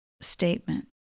statement